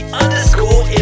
underscore